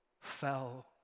fell